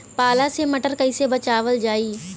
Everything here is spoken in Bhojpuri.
पाला से मटर कईसे बचावल जाई?